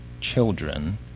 children